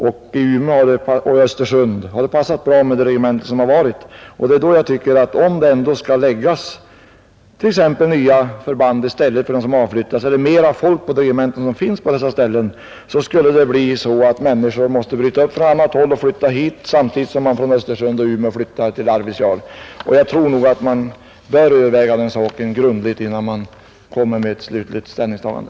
I Umeå och i Östersund har det regemente som funnits passat bra. Om det skall förläggas nya förband till orten i stället för de som flyttar ut eller skall fyllas på med mera folk på platsen, skulle människor bli tvungna att bryta upp från andra håll och flytta dit samtidigt som man från Umeå och Östersund flyttar till Arvidsjaur. Jag tror att man bör överväga den saken grundligt innan man gör ett slutligt ställningstagande.